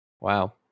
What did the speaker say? Wow